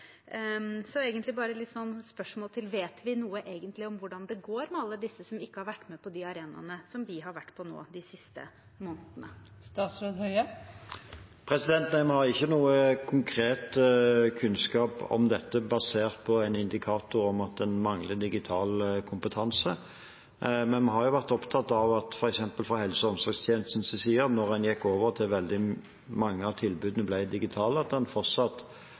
Så vet vi egentlig noe om hvordan det går med alle disse som ikke har vært på de arenaene som vi har vært på nå de siste månedene? Vi har ikke noe konkret kunnskap om dette basert på en indikator om at en mangler digital kompetanse. Men vi har vært opptatt av at en f.eks. fra helse- og omsorgstjenestens side, da en gikk over til at veldig mange av tilbudene ble digitale, fortsatt var åpne for at noen måtte komme til legekontorene, og en